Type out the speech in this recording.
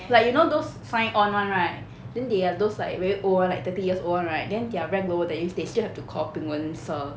like you know those sign on [one] right then they are those like very old [one] like thirty years old [one] right then their rank lower than him they still have to call bing wen sir